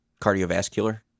cardiovascular